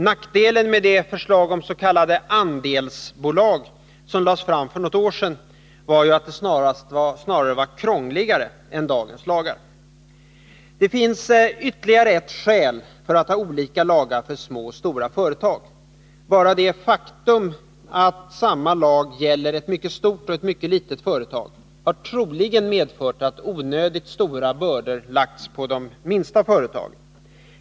Nackdelen med det förslag om s.k. andelsbolag som lades fram för något år sedan var att det snarast var krångligare än dagens lagar. Det finns ytterligare ett skäl för att ha olika lagar för små och stora företag, nämligen att det faktum att samma lag gäller ett mycket stort och ett mycket litet företag troligen har medfört att onödigt stora bördor har lagts på de minsta företagen.